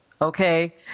Okay